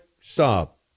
stop